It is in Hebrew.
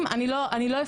אני לא אפרט,